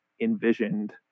envisioned